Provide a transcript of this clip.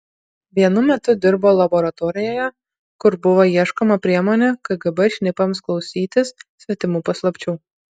vienu metu dirbo laboratorijoje kur buvo ieškoma priemonių kgb šnipams klausytis svetimų paslapčių